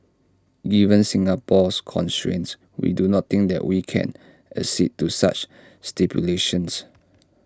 given Singapore's constraints we do not think that we can accede to such stipulations